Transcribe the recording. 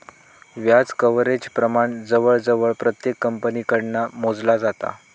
व्याज कव्हरेज प्रमाण जवळजवळ प्रत्येक कंपनीकडना मोजला जाता